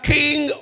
king